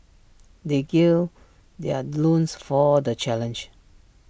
they gird their loins for the challenge